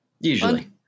Usually